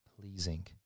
pleasing